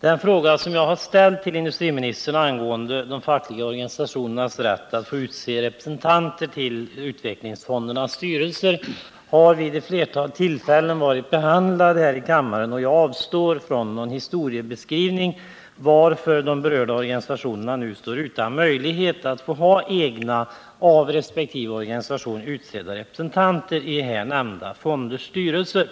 Den fråga som jag har ställt till industriministern gäller de fackliga organisationernas rätt att utse representanter till utvecklingsfondernas styrelser, och det spörsmålet har vid ett flertal tillfällen behandlats här i kammaren. Jag avstår från att göra någon historieskrivning avseende orsaken till att de berörda organisationerna nu står utan möjlighet att ha egna av resp. organisation utsedda representanter i här nämnda fonders styrelser.